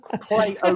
play